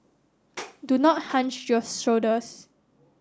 do not hunch your shoulders